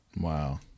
Wow